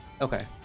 Okay